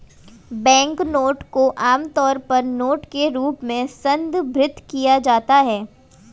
banknote को आमतौर पर नोट के रूप में संदर्भित किया जाता है